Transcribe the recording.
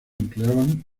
empleaban